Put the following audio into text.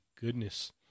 goodness